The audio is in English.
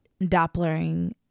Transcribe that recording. Dopplering